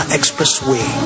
Expressway